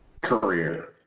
career